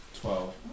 twelve